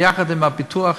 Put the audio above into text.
ביחד עם הפיתוח,